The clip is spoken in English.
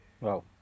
Wow